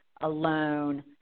alone